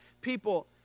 people